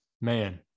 man